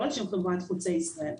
לא על שם חברת חוצה ישראל.